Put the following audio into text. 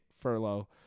furlough